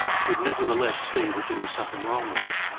could nevertheless see that there was something wrong with it,